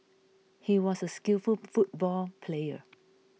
he was a skillful football player